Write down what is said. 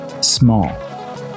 small